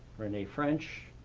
renee french,